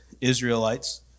Israelites